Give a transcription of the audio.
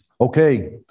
Okay